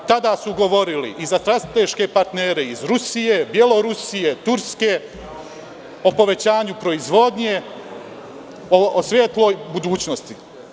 Tada su govorili i za strateške partnere iz Rusije, Belorusije, Turske o povećanju proizvodnje, o svetloj budućnosti.